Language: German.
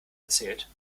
erzählt